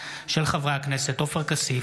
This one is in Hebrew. בהצעתם של חברי הכנסת עופר כסיף,